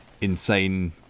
insane